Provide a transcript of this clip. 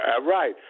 right